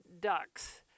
ducks